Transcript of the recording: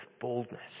boldness